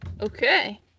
Okay